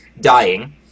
dying